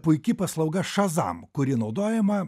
puiki paslauga šazam kuri naudojama